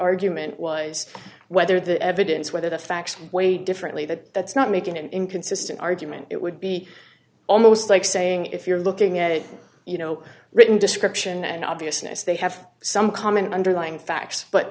argument was whether the evidence whether the facts way differently that that's not making an inconsistent argument it would be almost like saying if you're looking at it you know written description and obviousness they have some common underlying facts but